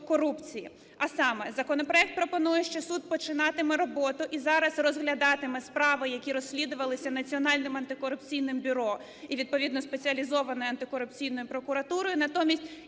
топ-корупції. А саме: законопроект пропонує, що суд починатиме роботу і зараз розглядатиме справи, які розслідувалися Національним антикорупційним бюро і відповідно Спеціалізованою антикорупційною прокуратурою. Натомість